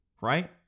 right